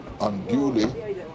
unduly